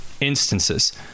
instances